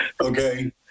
okay